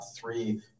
three